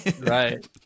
right